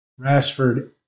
Rashford